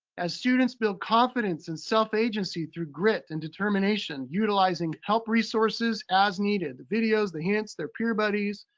as students build confidence and self-agency through grit and determination, utilizing help resources as needed, the videos, the hints, their peer buddies,